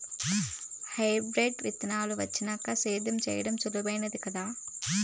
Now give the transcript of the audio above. hybrid విత్తనాలు వచ్చినాక సేద్యం చెయ్యడం సులభామైనాది కదా